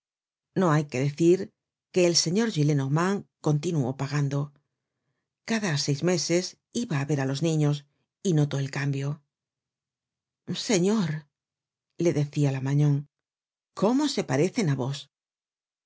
no hay que decir que el señor gillenormand continuó pugando cada seis meses iba á ver á los niños y no notó el cambio señor le decia la magnon cómo se parecen á vos